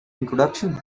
introduction